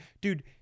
dude